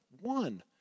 one